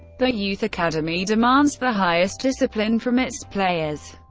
the youth academy demands the highest discipline from its players.